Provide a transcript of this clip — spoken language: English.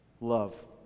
love